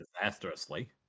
disastrously